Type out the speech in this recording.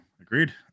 agreed